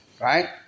right